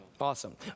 Awesome